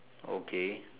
okay